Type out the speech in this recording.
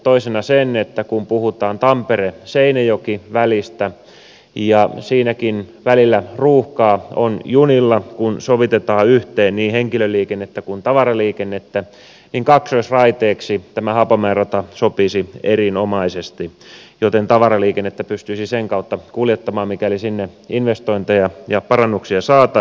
toisena sen että kun puhutaan tampereseinäjoki välistä niin silläkin välillä ruuhkaa on junilla kun sovitetaan yhteen niin henkilöliikennettä kuin tavaraliikennettä joten kaksoisraiteeksi tämä haapamäen rata sopisi erinomaisesti jolloin tavaraliikennettä pystyisi sen kautta kuljettamaan mikäli sinne investointeja ja parannuksia saataisiin